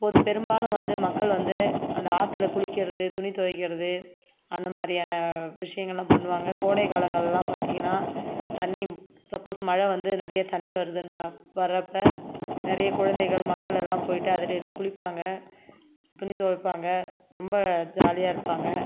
ஒரு பெரும்பாலும் வந்து மக்கள் வந்து அந்த ஆற்றில குளிக்கிறது துணி துவைக்கிறது அந்த மாதிரியான விஷயங்கள்லாம் பண்ணுவாங்க கோடை காலங்களில்லாம் பார்த்திங்கன்னா தண்ணி சப்போஸ் மழை வந்து நிறைய தண்ணி வருது வரப்போ நிறைய குழந்தைகள் மக்கள் எல்லாம் போயிட்டு அதில்தான் குளிப்பாங்க துணி துவைப்பாங்க ரொம்ப ஜாலியாக இருப்பாங்க